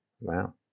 wow